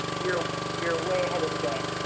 you're you're way ahead of the game.